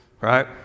right